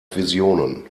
visionen